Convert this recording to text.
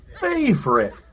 favorite